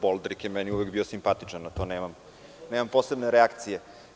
Boldrik je meni uvek bio simpatičan, na to nemam posebne reakcije.